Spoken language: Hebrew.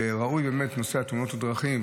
ובאמת ראוי נושא תאונות הדרכים.